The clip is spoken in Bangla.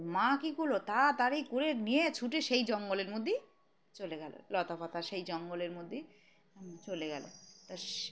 মা কী করলো তাড়াতাড়ি করে নিয়ে ছুটে সেই জঙ্গলের মধ্যেই চলে গেলো লতা পাতা সেই জঙ্গলের মধ্যেই চলে গেলো তা